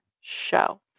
show